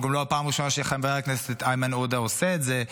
זו גם לא הפעם הראשונה שחבר הכנסת איימן עודה עושה את זה,